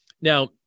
Now